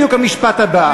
זה בדיוק המשפט הבא.